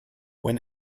when